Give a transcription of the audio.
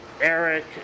Eric